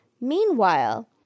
Meanwhile